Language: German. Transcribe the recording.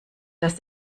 das